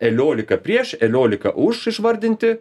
eliolika prieš eliolika už išvardinti